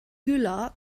güllar